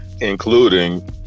including